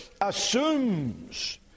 assumes